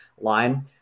line